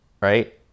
Right